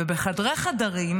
ובחדרי-חדרים,